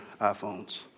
iPhones